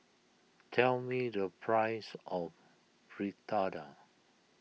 tell me the price of Fritada